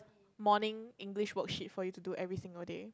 morning English worksheet for you to do every single day